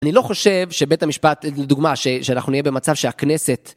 אני לא חושב שבית המשפט, לדוגמה, ש.. שאנחנו נהיה במצב שהכנסת...